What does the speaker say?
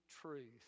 truth